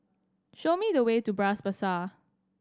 show me the way to Bras Basah